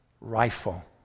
rifle